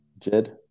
Jed